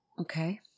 Okay